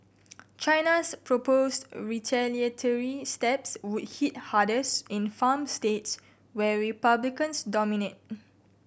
China's proposed retaliatory steps would hit hardest in farm states where Republicans dominate